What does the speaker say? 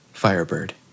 Firebird